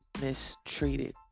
mistreated